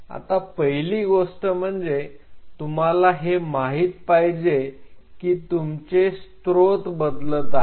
आता पहिली गोष्ट म्हणजे तुम्हाला हे माहीत पाहिजे की तुमचे स्त्रोत बदलत आहे